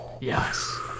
Yes